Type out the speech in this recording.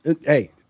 hey